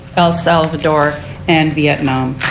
el salvador and vietnam.